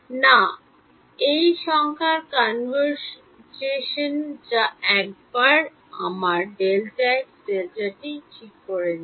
না এটি সংখ্যার কনভার্জেশন যা একবার আমার Δx Δt ঠিক করে নিলে